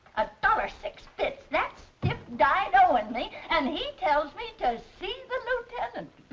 a dollar six bits! that stiff died owing me and he tells me to see the lieutenant.